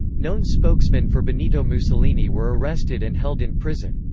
known spokesmen for benito mussolini were arrested and held in prison.